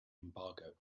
embargo